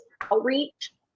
outreach